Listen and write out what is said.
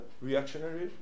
reactionary